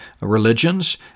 religions